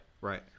right